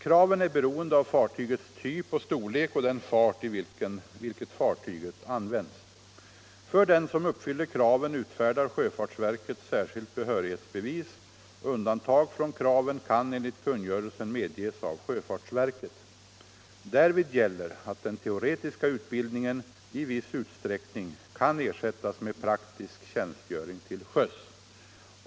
Kraven är beroende av fartygets typ och storlek och den fart i vilken fartyget används. För den som uppfyller kraven utfärdar sjöfartsverket särskilt behörighetsbevis. Undantag från kraven kan enligt kungörelsen medges av sjöfartsverket. Därvid gäller att den teoretiska utbildningen i viss utsträckning kan ersättas med praktisk tjänstgöring till sjöss.